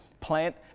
plant